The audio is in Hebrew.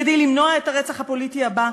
כדי למנוע את הרצח הפוליטי הבא.